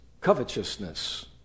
covetousness